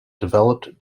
developed